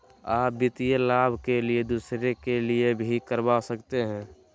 आ वित्तीय लाभ के लिए दूसरे के लिए भी करवा सकते हैं?